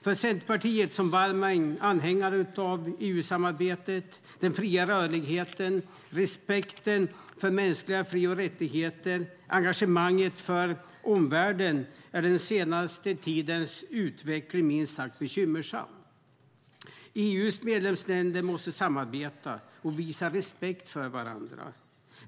För Centerpartiet som varm anhängare av EU-samarbetet - den fria rörligheten, respekten för mänskliga fri och rättigheter och engagemanget för omvärlden - är den senaste tidens utveckling minst sagt bekymmersam. EU:s medlemsländer måste samarbeta och visa respekt för varandra.